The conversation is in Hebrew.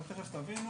אבל תכף תבינו,